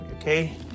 Okay